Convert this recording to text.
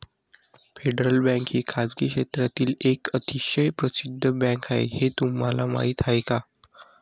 Federal Bank ही खासगी क्षेत्रातील एक अतिशय प्रसिद्ध बँक आहे हे तुम्हाला माहीत आहे का?